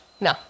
no